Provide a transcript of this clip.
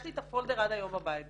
יש לי את הפולדר עד היום בבית.